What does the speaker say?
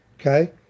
Okay